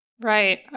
Right